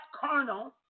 carnal